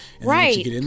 Right